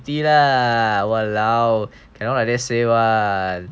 lah !walao! cannot like that say [one]